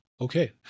okay